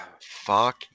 Fuck